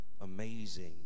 amazing